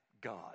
God